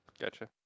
Gotcha